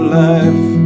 life